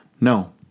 No